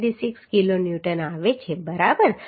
36 kilonewton આવે છે બરાબર